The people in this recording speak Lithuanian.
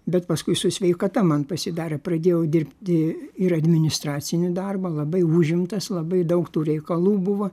bet paskui su sveikata man pasidarė pradėjau dirbti ir administracinį darbą labai užimtas labai daug tų reikalų buvo